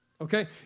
okay